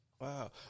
wow